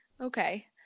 Okay